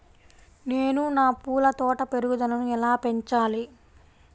నేను నా పూల తోట పెరుగుదలను ఎలా పెంచాలి?